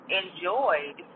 enjoyed